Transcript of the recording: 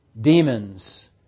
demons